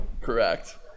correct